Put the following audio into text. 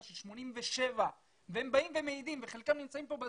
של 87 והם מעידים וחלקם נמצאים כאן בזום,